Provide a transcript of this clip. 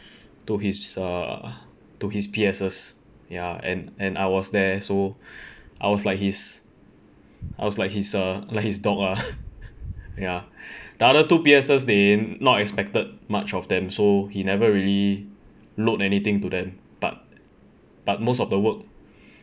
to his err to his P_Ses ya and and I was there so I was like his I was like his err like his dog lah ya the other two P_Ses they not expected much of them so he never really load anything to them but but most of the work